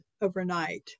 overnight